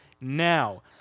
now